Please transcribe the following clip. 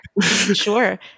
Sure